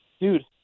dude